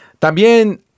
También